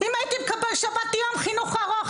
עם זה שעבדתי יום חינוך ארוך,